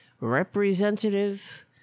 representative